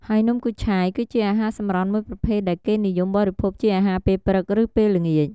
ហើយនំគូឆាយ គឺជាអាហារសម្រន់មួយប្រភេទដែលគេនិយមបរិភោគជាអាហារពេលព្រឹក ឬពេលល្ងាច។